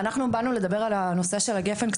מעבר להצעת החוק אנחנו באנו לדבר על נושא גפ"ן.